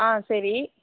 சரி